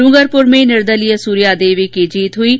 डूंगरपुर में निर्दलीय सूर्या देवी की जीत हुई है